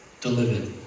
delivered